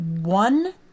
one